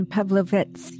Pavlovitz